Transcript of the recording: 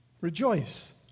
Rejoice